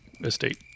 estate